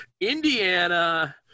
Indiana